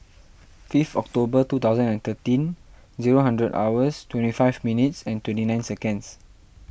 fifth October two thousand and thirteen zero hundred hours twenty five minutes and twenty nine seconds